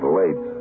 late